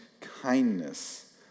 kindness